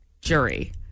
jury